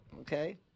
Okay